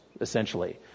essentially